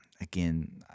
again